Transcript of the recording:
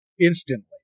instantly